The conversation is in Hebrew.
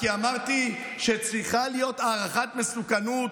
כי אמרתי שצריכה להיות הערכת מסוכנות